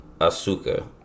Asuka